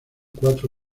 cuatro